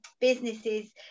businesses